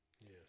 Yes